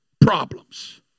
problems